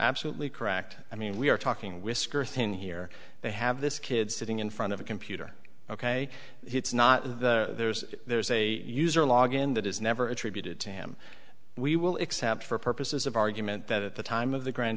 absolutely correct i mean we are talking whisker thin here they have this kid sitting in front of a computer ok it's not that there's there's a user log in that is never attributed to him we will except for purposes of argument that at the time of the grand